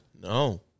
No